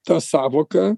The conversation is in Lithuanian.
ta sąvoka